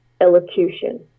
elocution